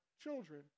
children